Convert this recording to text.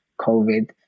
COVID